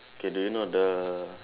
okay do you know the